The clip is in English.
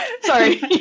Sorry